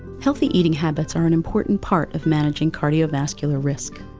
healthy eating habits are an important part of managing cardiovascular risk.